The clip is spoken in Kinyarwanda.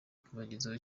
kubagezaho